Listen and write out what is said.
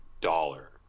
dollar